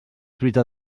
truita